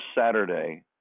Saturday